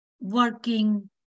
working